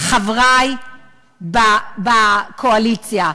חברי בקואליציה,